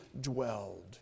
dwelled